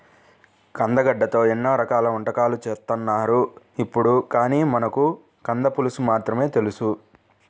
కందగడ్డతో ఎన్నో రకాల వంటకాలు చేత్తన్నారు ఇప్పుడు, కానీ మనకు కంద పులుసు మాత్రమే తెలుసు